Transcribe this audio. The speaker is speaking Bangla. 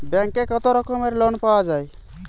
ব্যাঙ্কে কত রকমের লোন পাওয়া য়ায়?